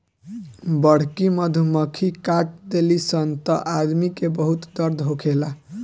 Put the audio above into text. बड़की मधुमक्खी काट देली सन त आदमी के बहुत दर्द होखेला